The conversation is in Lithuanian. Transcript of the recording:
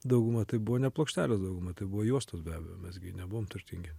dauguma tai buvo ne plokštelės dauguma tai buvo juostos be abejo mes gi nebuvom turtingi